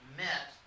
met